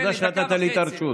תודה שנתת לי את הרשות.